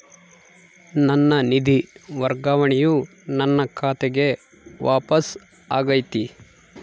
ನನ್ನ ನಿಧಿ ವರ್ಗಾವಣೆಯು ನನ್ನ ಖಾತೆಗೆ ವಾಪಸ್ ಆಗೈತಿ